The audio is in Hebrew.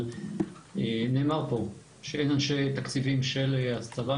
נאמר פה שאין אנשי תקציבים של הצבא,